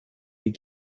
die